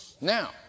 Now